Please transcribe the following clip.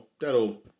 that'll